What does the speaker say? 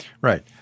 Right